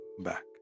back